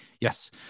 Yes